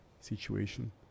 situation